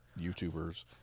YouTubers